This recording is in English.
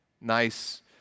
nice